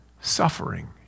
suffering